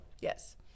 yes